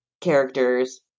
characters